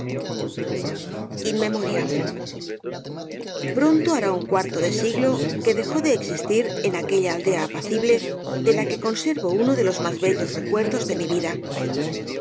memoeiam pronto hará un cuarto de siglo que dejó de existir en aquella aldea apacible de la que conservo uno de los más bellos recuerdos de mi vida